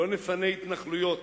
"לא נפנה התנחלויות.